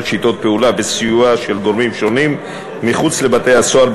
שיטות פעולה וסיוע של גורמים שונים מחוץ לבתי-הסוהר,